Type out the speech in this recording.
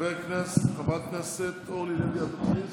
חברת הכנסת אורלי לוי אבקסיס,